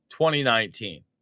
2019